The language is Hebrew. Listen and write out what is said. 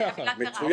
--- עכשיו